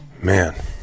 Man